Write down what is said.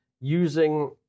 using